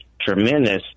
tremendous